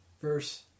verse